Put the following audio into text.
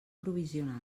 provisional